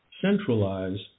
centralize